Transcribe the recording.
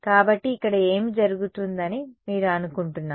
కాబట్టి ఇక్కడ ఏమి జరుగుతుందని మీరు అనుకుంటున్నారు